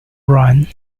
ran